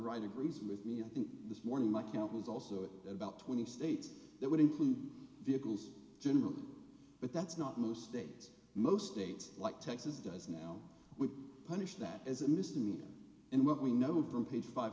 wright agrees with me and this morning my count was also about twenty states that would include vehicles generally but that's not most states most date like texas does now we punish that as a misdemeanor and what we know from page five